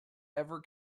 ever